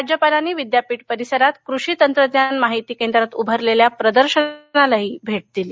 राज्यपालांनी विद्यापीठ परिसरात कृषी तंत्रज्ञान माहिती केंद्रात उभारलेल्या प्रदर्शनालाही भेट दिली